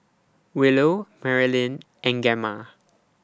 Willow Marylyn and Gemma